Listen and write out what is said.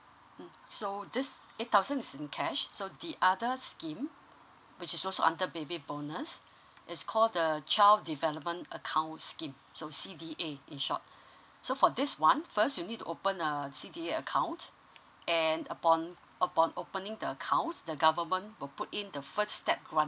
mm so this eight thousands is in cash so the other scheme which is also under baby bonus is called the child development account scheme so C_D_A in short so for this one first you need to open a C_D_A account and upon upon opening the accounts the government will put in the first step grant